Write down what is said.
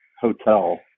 hotel